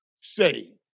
say